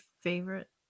favorite